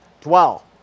dwell